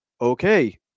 okay